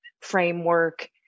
framework